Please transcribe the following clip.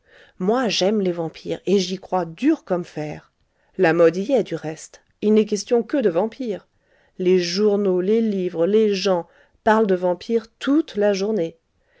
moi j'aime les vampires et j'y crois dur comme fer la mode y est du reste il n'est question que de vampires les journaux les livres les gens parlent de vampires toute la journée